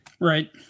right